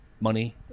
money